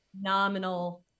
Nominal